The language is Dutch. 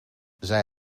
zij